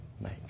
make